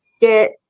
get